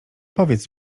powiedz